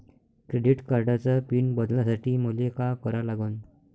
Credit कार्डाचा PIN बदलासाठी मले का करा लागन?